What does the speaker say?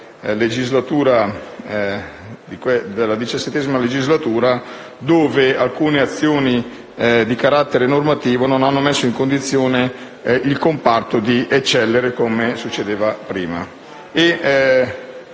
della XVII legislatura, quando alcune azioni di carattere normativo non hanno messo il comparto in condizione di eccellere come succedeva prima.